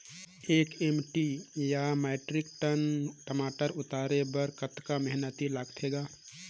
एक एम.टी या metric ton टमाटर उतारे बर कतका मेहनती लगथे ग?